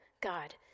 God